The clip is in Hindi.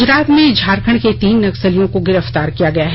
गुजरात में झारखंड के तीन नक्सलियों को गिरफ्तार किया गया है